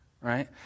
right